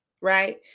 right